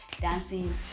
dancing